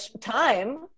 time